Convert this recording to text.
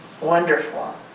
Wonderful